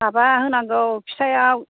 माबा होनांगौ फिथायाव